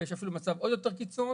ויש אפילו מצב עוד יותר קיצון,